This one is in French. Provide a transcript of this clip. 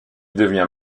devient